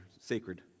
sacred